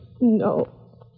No